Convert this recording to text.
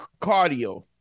cardio